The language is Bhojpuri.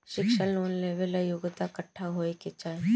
शिक्षा लोन लेवेला योग्यता कट्ठा होए के चाहीं?